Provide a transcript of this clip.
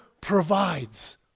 provides